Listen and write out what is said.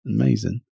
amazing